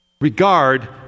regard